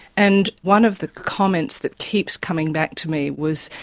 and one of the comments that keeps coming back to me was,